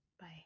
Bye